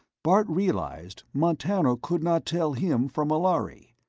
bart realized montano could not tell him from a lhari.